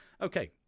okay